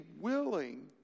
willing